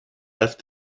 left